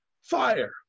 fire